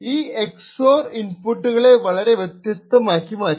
ഈ X or ഇന്പുട്ട്കളെ വളരെ വെത്യസ്തമാക്കി മറ്റും